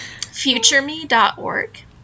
Futureme.org